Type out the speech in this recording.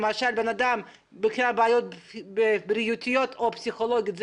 למשל אדם עם בעיות בריאותיות או פסיכולוגיות,